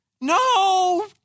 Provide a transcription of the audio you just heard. No